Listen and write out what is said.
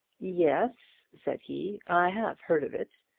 yes, said he, i have heard of it.